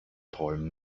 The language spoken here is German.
träumen